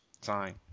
sign